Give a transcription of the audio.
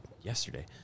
yesterday